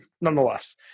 nonetheless